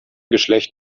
geschlecht